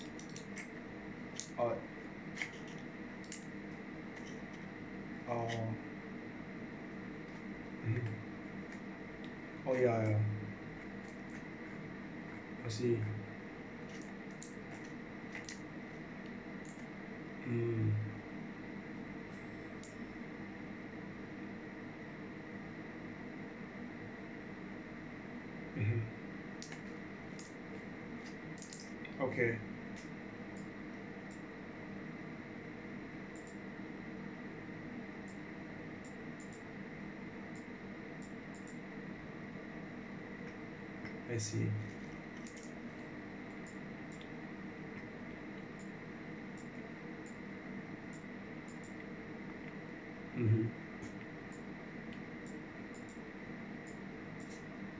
oh uh mmhmm oh ya I see mm mmhmm okay I see mmhmm